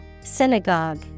Synagogue